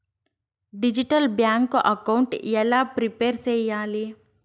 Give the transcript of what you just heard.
Digital bank account ఎలా prepare సెయ్యాలి?